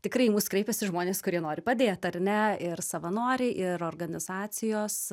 tikrai į mus kreipiasi žmonės kurie nori padėt ar ne ir savanoriai ir organizacijos